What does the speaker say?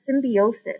symbiosis